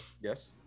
yes